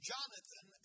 Jonathan